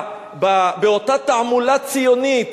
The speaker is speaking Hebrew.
באותה תעמולה ציונית.